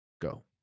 go